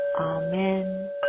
amen